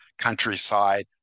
countryside